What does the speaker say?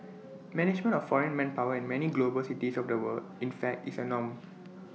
management of foreign manpower in many global cities of the world in fact is A norm